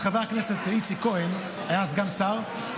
כשחבר הכנסת איציק כהן היה סגן שר,